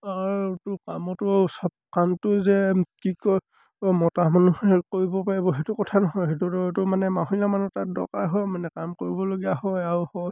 আৰুতো কামতো চব কামটো যে কি কয় মতা মানুহে কৰিব পাৰিব সেইটো কথা নহয় সেইটোতো মানে মহিলা মানুহ তাত দৰকাৰ হয় মানে কাম কৰিবলগীয়া হয় আৰু হয়